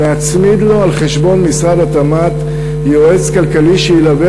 להצמיד לו על חשבון משרד התמ"ת יועץ כלכלי שילווה